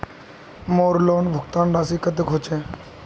मोर लोन भुगतान राशि कतेक होचए?